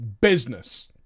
Business